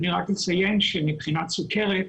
אני רק אציין שמבחינת סכרת,